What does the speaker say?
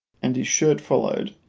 and his shirt followed,